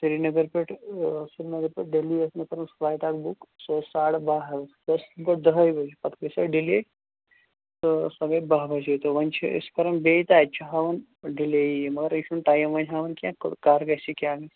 سریٖنگر پیٚٹھٕ آ سریٖنگر پیٚٹھٕ دہلی ٲس مےٚ کٔرمٕژ فلایٹ اکَھ بُک سۄ ٲس ساڑٕ باہ حظ سۄ ٲس گۄڈٕ دٔہے بَجہِ پَتہٕ گٔے سۄ ڈِلیے تہٕ سۄ گٔے باہ بَجے تہٕ وۅنۍ چھِ أسۍ کَران بیٚیہِ تہٕ اَتہِ چھِ ہاوان ڈِلیے یی یِم مگر یہِ چھُنہٕ ٹایِم وۅنۍ ہاوان کیٚنٛہہ کَر گَژھِ یہِ کیٛاہ گَژھِ